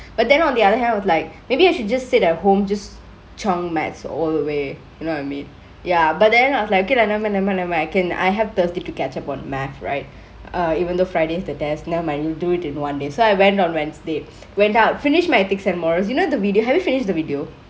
but then on the other hand I was like maybe I should just sit at home just chiongk maths all the way you know what mean ya but then I was like okay lah never mind never mind never mind I can have thursday to catch up on math right err even though friday's the test never mind you do it in one day so I went on wednesdays went out finish my ethics and morals you know the video have you finished the video